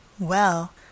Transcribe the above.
Well